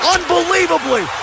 Unbelievably